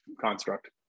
construct